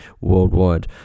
worldwide